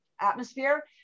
atmosphere